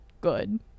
good